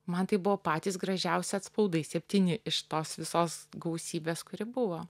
man tai buvo patys gražiausi atspaudai septyni iš tos visos gausybės kuri buvo